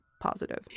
positive